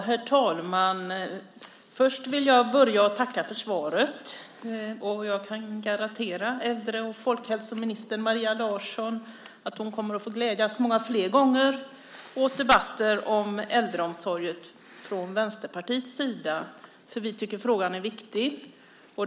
Herr talman! Jag vill börja med att tacka för svaret. Jag kan garantera folkhälsominister Maria Larsson att hon många fler gånger kommer att få glädjas åt att få debattera äldreomsorg med oss i Vänsterpartiet. Vi tycker att detta är en viktig fråga.